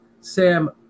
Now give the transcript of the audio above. Sam